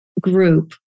group